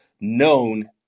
known